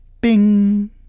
Bing